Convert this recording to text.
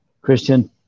Christian